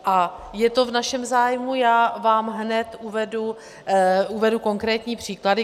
A je to v našem zájmu, já vám hned uvedu konkrétní příklady.